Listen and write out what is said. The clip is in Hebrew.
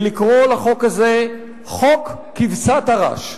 היא לקרוא לחוק הזה "חוק כבשת הרש".